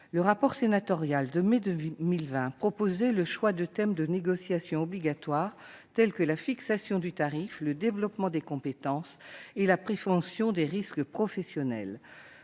Le rapport sénatorial de mai 2020 proposait le choix de thèmes de négociation obligatoires, tels que la fixation du tarif, le développement des compétences et la prévention des risques professionnels.